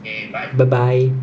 bye bye